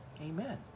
Amen